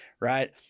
right